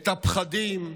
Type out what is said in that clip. את הפחדים,